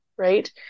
right